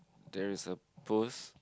there is a post